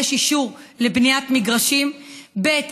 אזור שיש בו אישור לבניית מגרשים, ב.